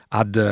ad